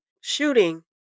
shooting